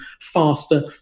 faster